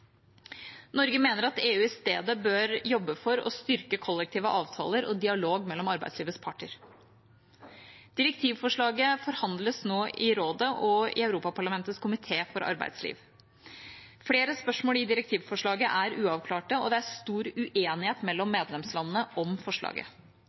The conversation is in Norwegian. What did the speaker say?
Norge mener at EU i stedet bør jobbe for å styrke kollektive avtaler og dialog mellom arbeidslivets parter. Direktivforslaget forhandles nå i Rådet og i Europaparlamentets komité for arbeidsliv. Flere spørsmål i direktivforslaget er uavklarte, og det er stor uenighet mellom